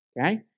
Okay